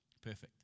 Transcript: perfect